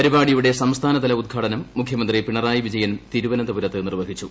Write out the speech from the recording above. പരിപാടിയുടെ സംസ്ഥാനതല ഉദ്ഘാടനം മുഖ്യമന്ത്രി പിണറായി വിജയൻ തിരുവനന്തപുരത്ത് നിർവ്വഹിച്ചു